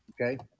Okay